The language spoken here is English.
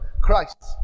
Christ